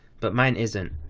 but mine isn't.